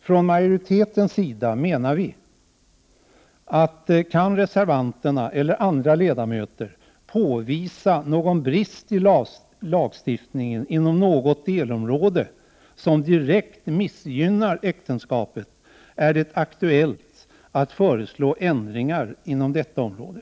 Från majoritetens sida menar vi att kan reservanterna eller andra ledamöter påvisa någon brist i lagstiftningen inom något delområde som direkt missgynnar äktenskapet, är det aktuellt att föreslå ändringar inom detta område.